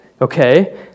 okay